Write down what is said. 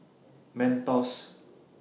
Mentos